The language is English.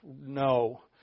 no